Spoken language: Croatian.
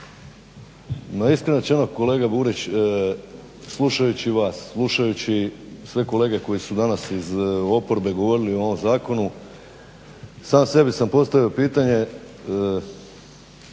Ma iskreno rečeno kolega Burić slušajući vas, slušajući sve kolege koji su danas iz oporbe govorili o ovom zakonu, sam sebi sam postavio pitanje.